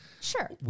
Sure